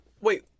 Wait